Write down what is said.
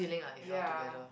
ya